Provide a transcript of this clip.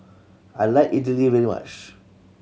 I like idly very much